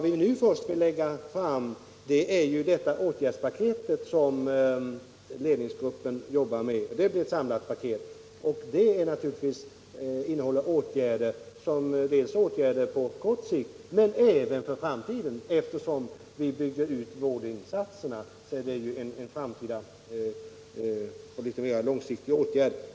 Vi lägger nu först fram det åtgärdspaket som ledningsgruppen jobbar med. Det innehåller framför allt åtgärder på kort sikt men även för framtiden: Vi bygger ut vårdinsatserna, och det är ju en framtida och mera långsiktig åtgärd.